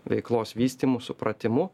veiklos vystymu supratimu